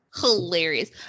Hilarious